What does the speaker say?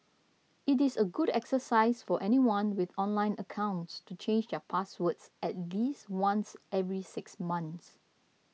it is a good exercise for anyone with online accounts to change their passwords at least once every six months